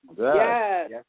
Yes